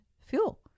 fuel